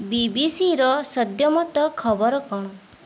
ବିବିସିର ସଦ୍ୟତମ ଖବର କ'ଣ